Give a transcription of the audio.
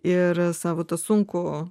ir savo tą sunkų